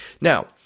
now